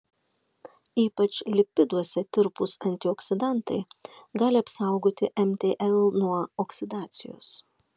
ypač lipiduose tirpūs antioksidantai gali apsaugoti mtl nuo oksidacijos